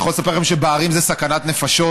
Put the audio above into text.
אני יכול לספר לכם שבהרים זה סכנת נפשות.